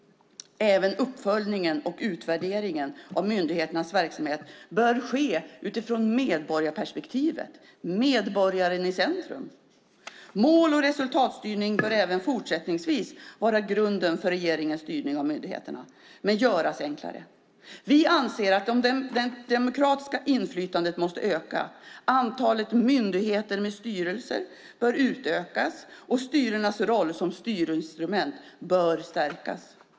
Även uppföljningen och utvärderingen av myndigheternas verksamhet bör ske utifrån medborgarperspektivet - medborgaren i centrum. Mål och resultatstyrningen bör även fortsättningsvis vara grunden för regeringens styrning av myndigheterna men göras enklare. Vi anser att det demokratiska inflytandet måste öka. Antalet myndigheter med styrelse bör utökas, och styrelsernas roll som styrinstrument bör stärkas.